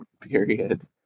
period